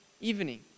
evening